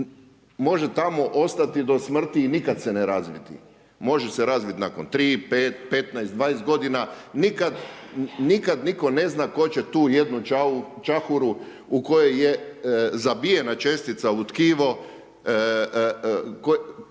može tamo ostati do smrti i nikad se ne razviti, može se razviti nakon 3, 5, 15, 20 godina, nikada nitko ne zna tko će tu jednu čahuru u kojoj je zabijena čestica u tkivo,